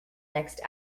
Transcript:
next